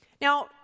Now